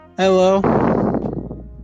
Hello